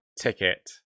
ticket